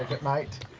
at night,